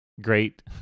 great